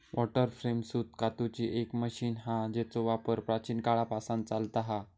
water frame सूत कातूची एक मशीन हा जेचो वापर प्राचीन काळापासना चालता हा